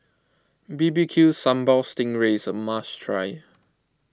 B B Q Sambal Sting Ray is a must try